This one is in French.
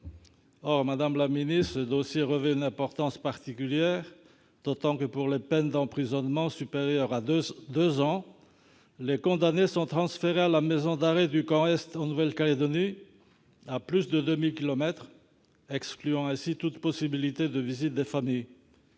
Or, madame la garde des sceaux, ce dossier revêt une importance particulière, d'autant que, pour les peines d'emprisonnement supérieures à deux ans, les condamnés sont transférés à la maison d'arrêt du Camp-Est en Nouvelle-Calédonie, à plus de 2 000 kilomètres, excluant ainsi toute possibilité de visite des familles.